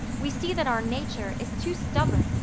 we see that our nature is too stubborn,